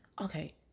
Okay